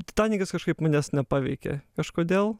titanikas kažkaip manęs nepaveikė kažkodėl